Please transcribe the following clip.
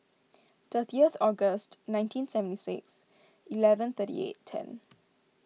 thirtieth August nineteen seventy six eleven thirty eight ten